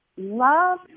Love